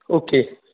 okay